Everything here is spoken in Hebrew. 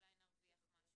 אולי נרוויח משהו.